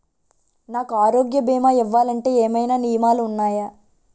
నాకు ఆరోగ్య భీమా ఇవ్వాలంటే ఏమైనా నియమాలు వున్నాయా?